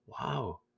Wow